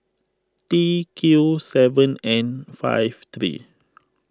T Q seven N five three